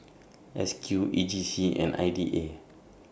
S Q E J C and I D A